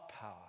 power